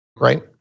right